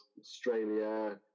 Australia